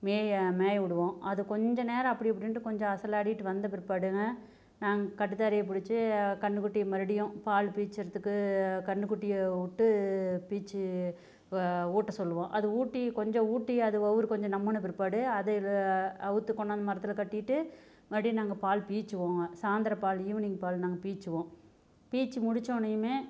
மேய மேய விடுவோம் அது கொஞ்சம் நேரம் அப்படி இப்படின்ட்டு கொஞ்சம் அசலாடிட்டு வந்த பிற்பாடுங்க நாங்கள் கட்டுத்தரையை பிடிச்சி கன்றுக்குட்டிய மறுபடியும் பால் பீய்ச்சுறத்துக்கு கன்றுக்குட்டிய விட்டு பீய்ச்சி இப்போ ஊட்ட சொல்லுவோம் அது ஊட்டி கொஞ்சம் ஊட்டி அது வயிறு கொஞ்சம் நம்பின பிற்பாடு அதை அவுழ்த்து கொண்டாந்து மரத்தில் கட்டிவிட்டு மறுபடியும் நாங்கள் பால் பீய்ச்சுவோம் சாயந்தர பால் ஈவினிங் பால் நாங்கள் பீய்ச்சுவோம் பீய்ச்சு முடிச்சோடனையுமே